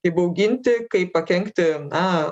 įbauginti kaip pakenkti na